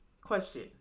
question